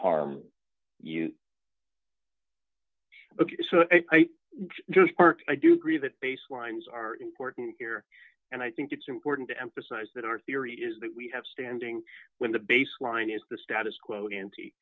harm you i just park i do agree that bass lines are important here and i think it's important to emphasize that our theory is that we have standing when the baseline is the status quo ant